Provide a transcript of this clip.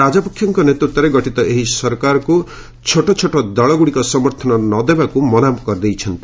ରାଜପକ୍ଷଙ୍କ ନେତୃତ୍ୱରେ ଗଠିତ ଏହି ସରକାରକୁ ଛୋଟଛୋଟ ଦଳଗୁଡ଼ିକ ସମର୍ଥନ ଦେବାକୁ ମନା କରିଦେଇଛନ୍ତି